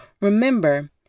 remember